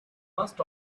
must